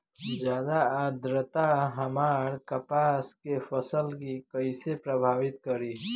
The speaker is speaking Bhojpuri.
ज्यादा आद्रता हमार कपास के फसल कि कइसे प्रभावित करी?